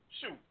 Shoot